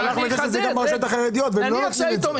אנחנו נגיד את זה גם לגבי הרשויות החרדיות ולא נתנו להן.